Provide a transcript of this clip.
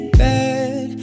bad